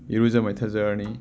ꯏꯔꯨꯖ ꯃꯥꯏꯊꯖꯔꯅꯤ